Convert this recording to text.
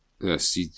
Yes